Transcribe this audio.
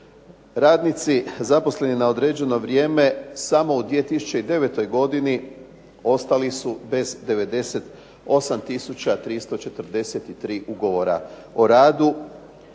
Radnici zaposleni na određeno vrijeme samo u 2009. godini ostali su bez 98 tisuća 343 Ugovora o radu